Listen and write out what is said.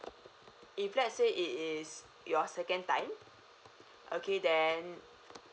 if let's say it is your second time okay then